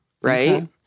right